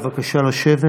בבקשה לשבת.